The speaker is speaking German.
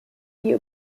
die